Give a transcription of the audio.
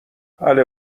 حله